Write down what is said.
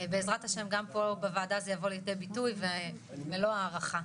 בעזרת השם גם פה בועה זה יבוא לידי ביטוי ומלוא הערכה.